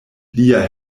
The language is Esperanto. lia